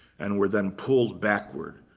and were then pulled backward,